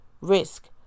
risk